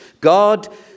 God